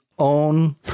own